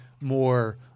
more